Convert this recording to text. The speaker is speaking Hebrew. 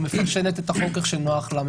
מפרשת את החוק כפי שנוח לה.